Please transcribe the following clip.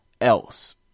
else